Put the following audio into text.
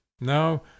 now